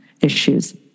issues